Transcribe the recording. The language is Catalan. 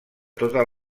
totes